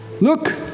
look